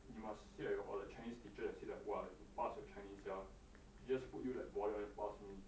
you must see the chinese teacher then see !wah! you pass your chinese sia she just put you like borderline pass only